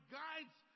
guides